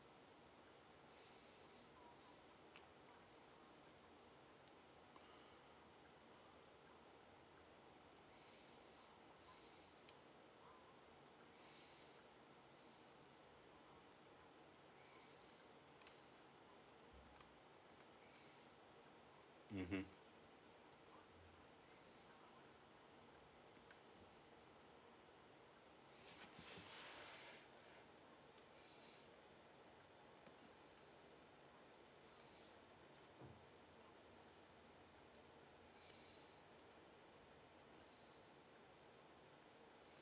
mmhmm